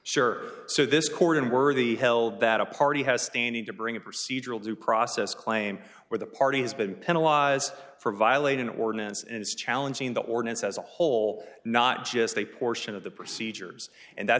sure so this court unworthy held that a party has standing to bring a procedural due process claim where the party has been penalize for violating the ordinance and is challenging the ordinance as a whole not just a portion of the procedures and that's